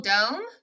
Dome